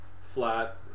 flat